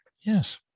Yes